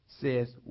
says